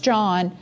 John